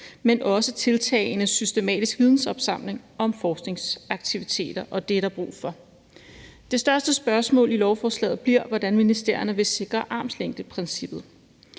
men også tiltagene om systematisk vidensopsamling om forskningsaktiviteter. Det er der brug for. Det største spørgsmål i forbindelse med lovforslaget bliver, hvordan ministerierne vil sikre armslængdeprincippet.